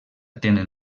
tenen